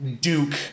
Duke